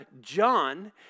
John